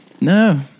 No